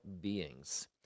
beings